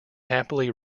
happily